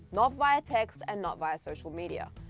not via text and not via social media.